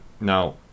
Now